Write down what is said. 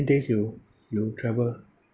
days you you travel